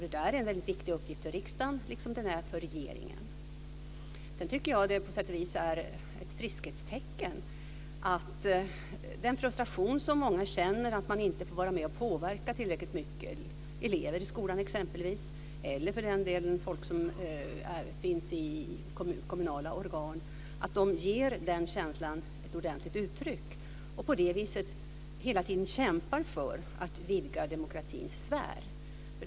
Det är en väldigt viktig uppgift för riksdagen liksom för regeringen. Sedan tycker jag att det på sätt och vis är ett friskhetstecken att många känner en frustration över att de inte får vara med och påverka tillräckligt mycket. Det kan exempelvis vara elever i skolan eller för den delen folk som finns i kommunala organ. Det är bra att de ger den här känslan ett ordentligt uttryck och på det viset hela tiden kämpar för att vidga demokratins sfär.